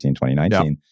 2019